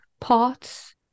parts